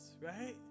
right